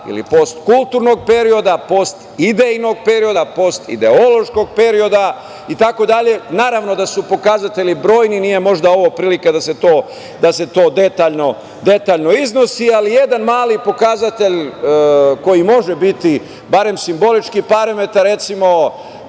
postkulturnog društva, ili postkulturnog perioda, postideološkog perioda, itd. Naravno da su pokazatelji brojni, nije možda ovo prilika da se to detaljno iznosi, ali jedan mali pokazatelj koji može biti, barem simbolički parametar, recimo,